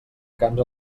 camps